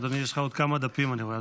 אדוני, יש לך עוד כמה דפים, אני רואה.